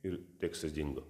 ir tekstas dingo